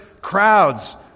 crowds